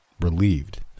relieved